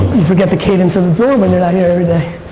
you forget the cadence of the door when you're not here every day.